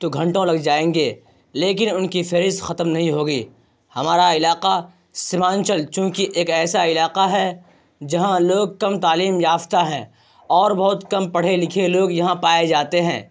تو گھنٹوں لگ جائیں گے لیکن ان کی فہرست ختم نہیں ہوگی ہمارا علاقہ سیمانچل چونکہ ایک ایسا علاقہ ہے جہاں لوگ کم تعلیم یافتہ ہیں اور بہت کم پڑھے لکھے لوگ یہاں پائے جاتے ہیں